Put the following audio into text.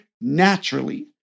naturally